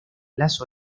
las